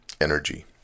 energy